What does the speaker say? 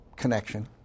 connection